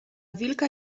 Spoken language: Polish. wilka